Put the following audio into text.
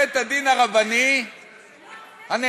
בית-הדין הרבני הנהדר,